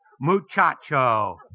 muchacho